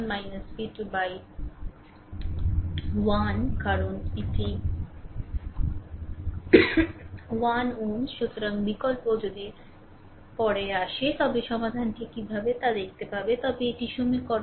সুতরাং i 2 v1 v2 1 কারণ এটি 1 Ω Ω সুতরাং বিকল্প যদি পরে আসে তবে সমাধানটি কীভাবে তা দেখতে পাবে তবে এটি সমীকরণ